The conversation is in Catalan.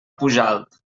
pujalt